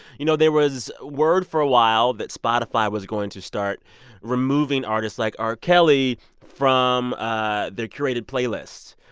you know, there was word for a while that spotify was going to start removing removing artists like r. kelly from ah their curated playlists.